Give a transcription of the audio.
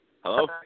Hello